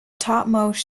topmost